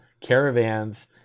caravans